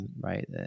right